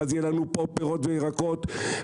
ואז יהיו לנו פה פירות וירקות בשפע.